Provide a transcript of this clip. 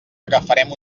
agafarem